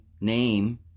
name